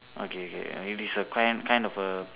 okay K it is a can kind of a